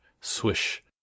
swish